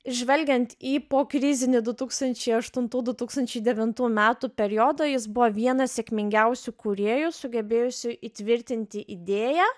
žvelgiant į pokrizinį du tūkstančiai aštuntų du tūkstančiai devintų metų periodą jis buvo vienas sėkmingiausių kūrėjų sugebėjusių įtvirtinti idėją